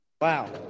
Wow